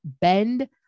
bend